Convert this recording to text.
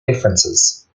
differences